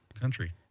country